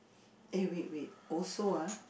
eh wait wait also ah